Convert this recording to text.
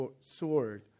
sword